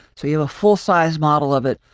so, you have a full-size model of it.